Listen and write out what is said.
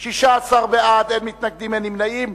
16 בעד, אין מתנגדים, אין נמנעים.